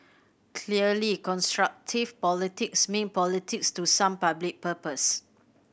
clearly constructive politics mean politics to some public purpose